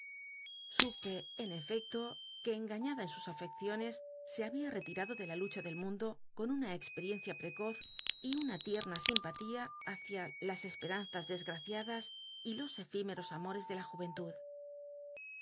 supe en efecto que engaiíada en sus alecciones se babia retirado de la ucha del mu ndo con una experiencia precoz y una tierna simpatía h ícia las cspcmnzas dcsgrociadas y los cfime os amores de la juvent ud